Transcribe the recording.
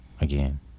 again